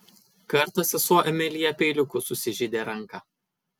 kartą sesuo emilija peiliuku susižeidė ranką